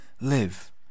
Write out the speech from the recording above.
Live